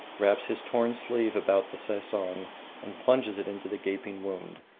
wraps his torn sleeve about the sesson and plunges it into the gaping wound.